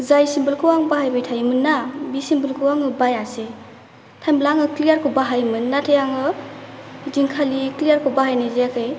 जाय शेमपुखौ आं बाहायबाय थायोमोनना बे शेमपुखौ आं बायासै होम्बा आं क्लियारखौ बाहायोमोन नाथाय आङो ओइदिनखालि क्लियारखौ बाहायनाय जायाखै